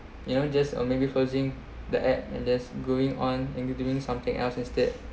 you know just or maybe closing the app and that's going on in doing something else instead